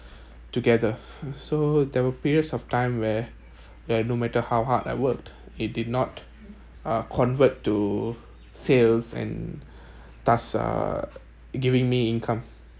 together so there were periods of time where where are no matter how hard I worked it did not uh convert to sales and task uh giving me income